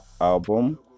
Album